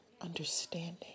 understanding